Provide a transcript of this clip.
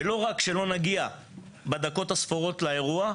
שלא רק שלא נגיע בדקות הספורות לאירוע,